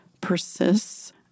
persists